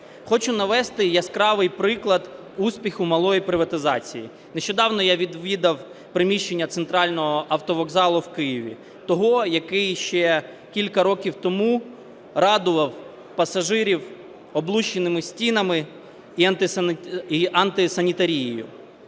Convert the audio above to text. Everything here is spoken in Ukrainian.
Хочу навести яскравий приклад успіху малої приватизації. Нещодавно я відвідав приміщення центрального автовокзалу в Києві, того, який ще кілька років тому радував пасажирів облущеними стінами і антисанітарією.